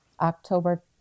October